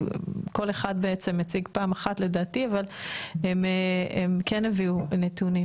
אני חושבת שכל אחד בעצם הציג פעם אחת כן הביאו נתונים,